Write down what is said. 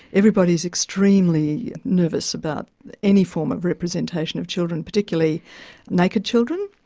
everybody is extremely nervous about any form of representation of children, particularly naked children.